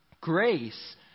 grace